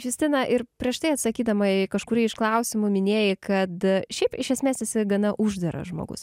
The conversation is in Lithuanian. justina ir prieš tai atsakydama į kažkurį iš klausimų minėjai kad šiaip iš esmės esi gana uždaras žmogus